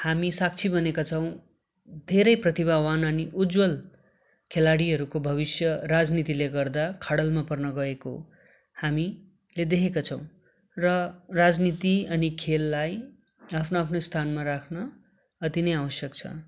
हामी साक्षी बनेका छौँ धेरै प्रतिभावान् अनि उज्ज्वल खेलाडीहरूको भविष्य राजनीतिले गर्दा खाडलमा पर्न गएको हामीले देखेका छौँ र राजनीति अनि खेललाई आफ्नो आफ्नो स्थानमा राख्न अति नै आवश्यक छ